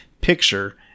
Picture